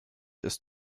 ist